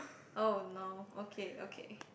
oh no okay okay